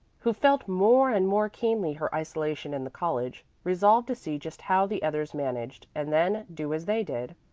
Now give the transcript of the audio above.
who felt more and more keenly her isolation in the college, resolved to see just how the others managed and then do as they did.